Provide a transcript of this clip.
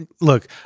Look